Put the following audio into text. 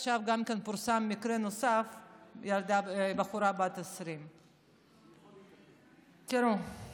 עכשיו פורסם מקרה נוסף של בחורה בת 20. תראו,